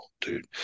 dude